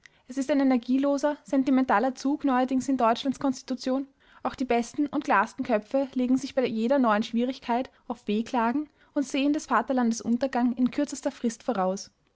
es ist ein energieloser sentimentaler zug neuerdings in deutschlands konstitution auch die besten und klarsten köpfe legen sich bei jeder neuen schwierigkeit auf wehklagen und sehen des vaterlandes untergang in kürzester frist voraus